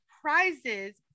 prizes